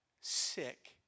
sick